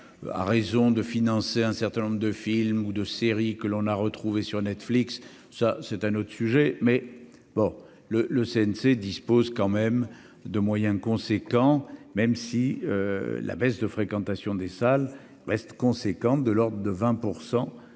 à raison de financer un certain nombre de films ou de séries que l'on a retrouvé sur Netflix, ça c'est un autre sujet, mais bon le le CNC dispose quand même de moyens conséquents, même si la baisse de fréquentation des salles reste de l'ordre de 20